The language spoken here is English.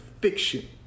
fiction